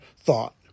thought